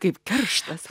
kaip kerštas